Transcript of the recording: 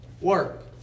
work